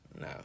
no